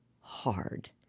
hard